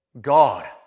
God